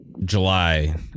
July